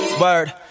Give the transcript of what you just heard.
word